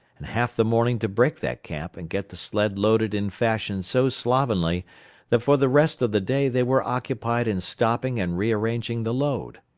and half the morning to break that camp and get the sled loaded in fashion so slovenly that for the rest of the day they were occupied in stopping and rearranging the load.